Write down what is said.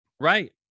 Right